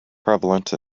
prevalent